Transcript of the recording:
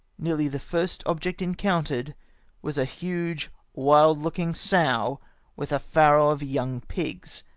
nearly the first object encountered was a huge wild-looking sow with a farrow of young pigs,